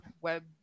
web